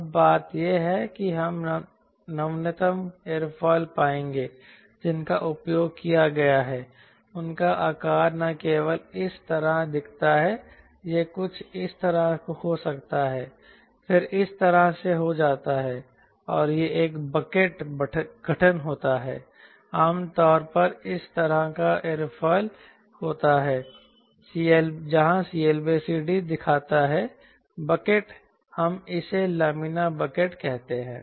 अब बात यह है कि हम नवीनतम एयरफॉइल पाएंगे जिनका उपयोग किया गया है उनका आकार न केवल इस तरह दिखता है यह कुछ इस तरह हो सकता है फिर इस तरह से हो जाता है और यह एक बकेट गठन होता है आमतौर पर इस तरह का एयरफॉइल होता है जहां CLCD दिखाता है बकेट हम इसे लामिना बकेट कहते हैं